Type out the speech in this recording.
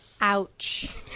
Ouch